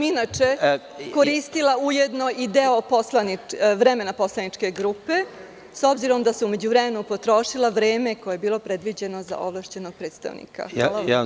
Inače sam koristila deo vremena poslaničke grupe, s obzirom da sam u međuvremenu potrošila vreme koje je bilo predviđeno za ovlašćenog predstavnika.